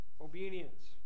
Obedience